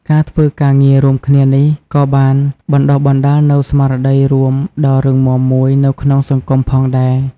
ការធ្វើការងាររួមគ្នានេះក៏បានបណ្ដុះបណ្ដាលនូវស្មារតីរួមដ៏រឹងមាំមួយនៅក្នុងសង្គមផងដែរ។